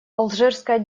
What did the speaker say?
алжирская